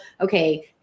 okay